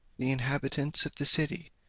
the inhabitants of the city,